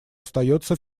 остается